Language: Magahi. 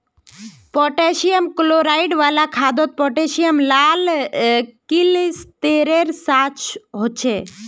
पोटैशियम क्लोराइड वाला खादोत पोटैशियम लाल क्लिस्तेरेर सा होछे